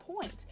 point